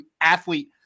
athlete